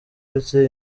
uretse